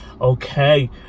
Okay